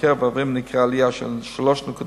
בקרב ערבים ניכרה עלייה של 3.2%,